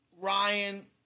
Ryan